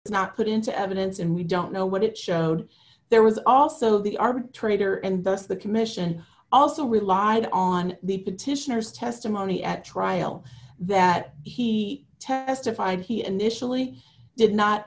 not put into evidence and we don't know what it showed there was also the arbitrator and thus the commission also relied on the petitioners testimony at trial that he testified he initially did not